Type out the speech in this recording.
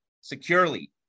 securely